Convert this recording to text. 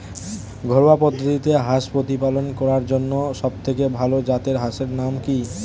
ঘরোয়া পদ্ধতিতে হাঁস প্রতিপালন করার জন্য সবথেকে ভাল জাতের হাঁসের নাম কি?